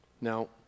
Now